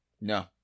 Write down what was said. No